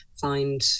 find